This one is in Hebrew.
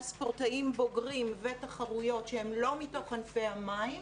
ספורטאים בוגרים ותחרויות שהן לא מתוך ענפי המים,